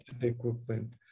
equipment